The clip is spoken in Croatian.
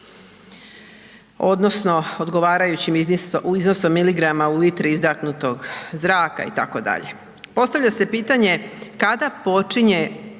odnosno odgovarajućim iznosom miligrama u litri izdahnutog zraka, itd. Postavlja se pitanje kada počinje